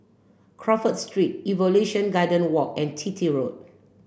Crawford Street Evolution Garden Walk and Chitty Road